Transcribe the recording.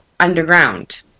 underground